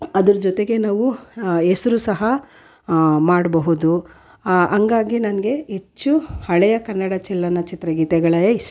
ಅದ್ರ ಜೊತೆಗೆ ನಾವು ಹೆಸ್ರು ಸಹ ಮಾಡ್ಬಹುದು ಹಾಗಾಗಿ ನನಗೆ ಹೆಚ್ಚು ಹಳೆಯ ಕನ್ನಡ ಚಲನಚಿತ್ರ ಗೀತೆಗಳೇ ಇಷ್ಟ